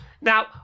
Now